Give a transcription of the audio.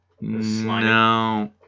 No